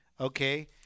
okay